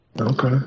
Okay